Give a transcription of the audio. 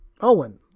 Owen